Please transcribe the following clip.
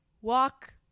Walk